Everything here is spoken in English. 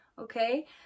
Okay